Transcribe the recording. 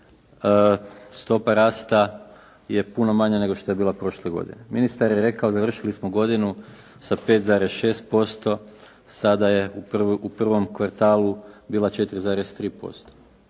stopa rasta je puno manja nego što je bila prošle godine. Ministar je rekao, završili smo godinu sa 5,6%, sada je u prvom kvartalu bila 4,3%.